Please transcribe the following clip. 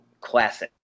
classic